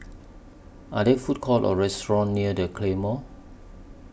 Are There Food Courts Or restaurants near The Claymore